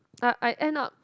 uh I end up